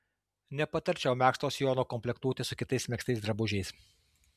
nepatarčiau megzto sijono komplektuoti su kitais megztais drabužiais